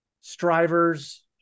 strivers